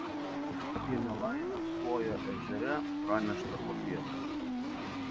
apie nelaimę suojo ežere pranešta popiet